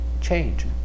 change